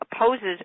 opposes